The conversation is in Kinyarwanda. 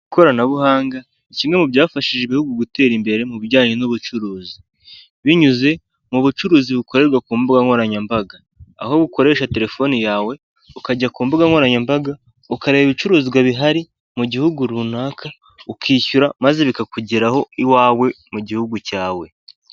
Ikoranabuhanga ni kimwe mu byafashije igihugu mu gutera imbere mu bijyanye n'ubucuruzi. Binyuze mu bucuruzi bukorerwa ku mbuga nkoranyambaga. Aho ukoresha telefone yawe, ukajya ku mbuga nkoranyambaga, ukareba ibicuruzwa bihari, mu gihugu runaka, ukishyura, maze bikakugeraho iwawe, mu gihugu cyawe.